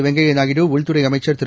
வெங்கைய நாயுடு உள்துறை அமைச்சர் திரு